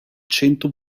cento